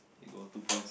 here you go two points